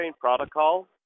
protocol